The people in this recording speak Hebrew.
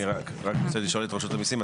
רק רוצה לשאול את נציגי רשות המיסים,